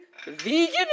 vegan